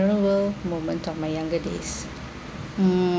memorable moment of my younger days mm